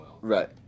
Right